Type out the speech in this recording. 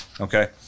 Okay